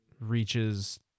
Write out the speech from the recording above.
reaches